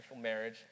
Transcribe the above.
marriage